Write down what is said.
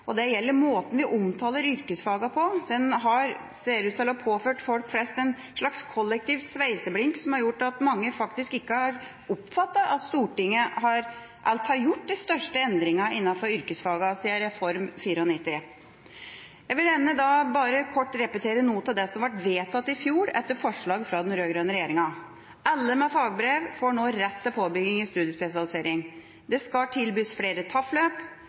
og det gjelder måten vi omtaler yrkesfagene på. Den ser ut til å ha påført folk flest en slags kollektiv sveiseblink som har gjort at mange faktisk ikke har oppfattet at Stortinget alt har gjort de største endringene innenfor yrkesfagene siden Reform 94. Jeg vil gjerne bare kort repetere noe av det som ble vedtatt i fjor etter forslag fra den rød-grønne regjeringa. Alle med fagbrev får nå rett til påbygging i studiespesialisering. Det skal tilbys flere